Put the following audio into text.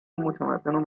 متمدن